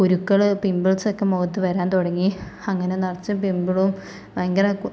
കുരുക്കള് pimples ഒക്കെ മൊഖത്ത് വരാൻ തുടങ്ങി അങ്ങനെ നിറച്ചും പിംപിളും ഭയങ്കര